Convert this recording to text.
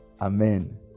Amen